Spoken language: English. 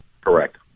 correct